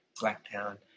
Blacktown